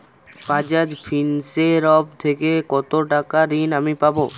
বাজাজ ফিন্সেরভ থেকে কতো টাকা ঋণ আমি পাবো?